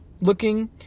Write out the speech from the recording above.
looking